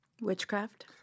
Witchcraft